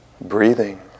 breathing